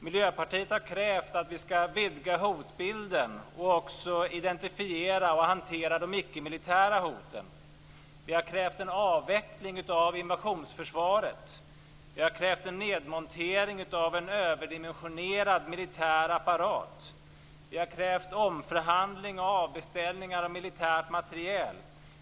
Miljöpartiet har krävt att vi skall vidga hotbilden och identifiera och hantera också de icke-militära hoten. Vi har krävt en avveckling av invasionsförsvaret. Vi har krävt en nedmontering av en överdimensionerad militär apparat. Vi har krävt omförhandling och avbeställningar av militär materiel.